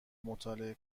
مطالعه